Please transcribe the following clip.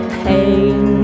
pain